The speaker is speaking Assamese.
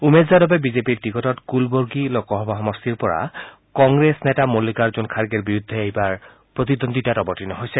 উমেশ যাদৱে বিজেপিৰ টিকটত কুলবৰ্গী লোকসভা সমষ্টিৰ পৰা কংগ্ৰেছৰ নেতা মাল্নিকাৰ্জুন খাৰ্গেৰ বিৰুদ্ধে প্ৰতিদ্বন্দ্বিতা কৰিছে